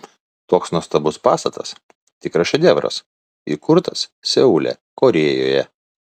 toks nuostabus pastatas tikras šedevras įkurtas seule korėjoje